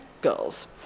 girls